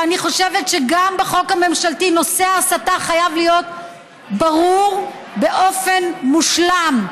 ואני חושבת שגם בחוק הממשלתי נושא ההסתה חייב להיות ברור באופן מושלם.